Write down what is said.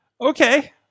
Okay